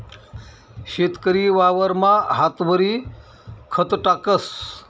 शेतकरी वावरमा हातवरी खत टाकस